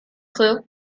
clue